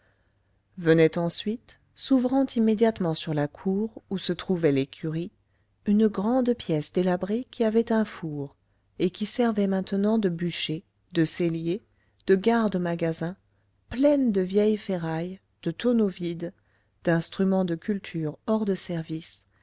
venait ensuite s'ouvrant immédiatement sur la cour où se trouvait l'écurie une grande pièce délabrée qui avait un four et qui servait maintenant de bûcher de cellier de garde magasin pleine de vieilles ferrailles de tonneaux vides d'instruments de culture hors de service